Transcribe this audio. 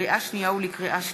לקריאה שנייה ולקריאה שלישית: